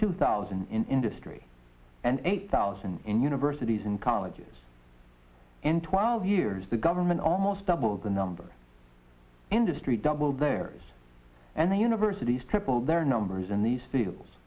two thousand in industry and eight thousand in universities and colleges in twelve years the government almost double the number industry doubled there's and the universities triple their numbers in these fiel